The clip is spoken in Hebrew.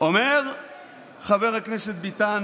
אומר חבר הכנסת ביטן